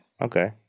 Okay